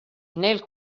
nel